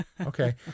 Okay